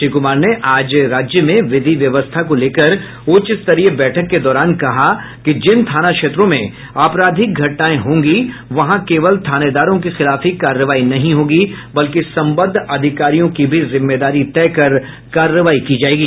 श्री कुमार ने आज राज्य में विधि व्यवस्था को लेकर उच्च स्तरीय बैठक के दौरान कहा कि जिन थाना क्षेत्रों में अपराधिक घटनाएं होगी वहां केवल थानेदारों के खिलाफ ही कार्रवाई नहीं होगी बल्कि संबद्ध अधिकारियों की भी जिम्मेदारी तय कर कार्रवाई की जायेगी